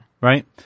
Right